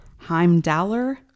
Heimdallr